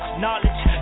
knowledge